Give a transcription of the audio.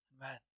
Man